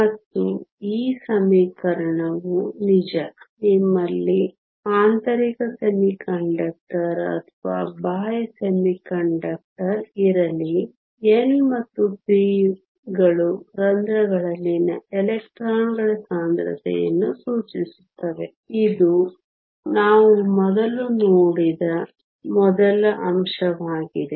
ಮತ್ತು ಈ ಸಮೀಕರಣವು ನಿಜ ನಿಮ್ಮಲ್ಲಿ ಆಂತರಿಕ ಅರೆವಾಹಕ ಅಥವಾ ಬಾಹ್ಯ ಅರೆವಾಹಕ ಇರಲಿ n ಮತ್ತು p ಗಳು ರಂಧ್ರಗಳಲ್ಲಿನ ಎಲೆಕ್ಟ್ರಾನ್ಗಳ ಸಾಂದ್ರತೆಯನ್ನು ಸೂಚಿಸುತ್ತದೆ ಇದು ನಾವು ಮೊದಲು ನೋಡಿದ ಮೊದಲ ಅಂಶವಾಗಿದೆ